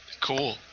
Cool